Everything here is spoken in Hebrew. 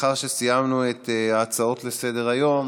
לאחר שסיימנו את הצעות לסדר-היום,